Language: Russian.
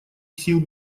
сил